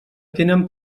tenen